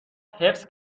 حفظ